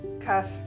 Cuff